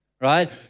Right